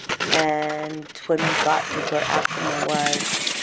and when we got to where acoma was,